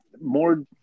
more